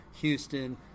houston